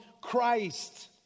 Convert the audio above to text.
Christ